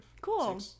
cool